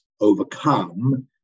overcome